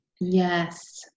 Yes